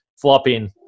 flopping